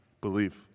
believe